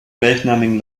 gleichnamigen